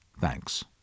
Thanks